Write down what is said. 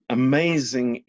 amazing